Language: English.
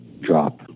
drop